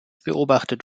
beobachtet